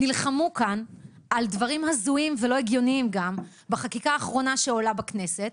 נלחמו כאן על דברים הזויים ולא הגיוניים גם בחקיקה האחרונה שעולה בכנסת,